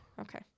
okay